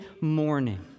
morning